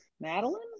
Madeline